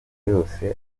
yose